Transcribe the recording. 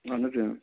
اَہن حظ اۭں